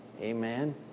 Amen